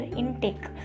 intake